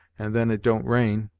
and then it don't rain.